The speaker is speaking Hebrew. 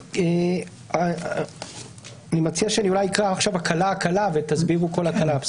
אני מציע שאני אקרא עכשיו הקלה הקלה ותסבירו כל הקלה.